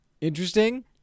interesting